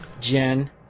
Jen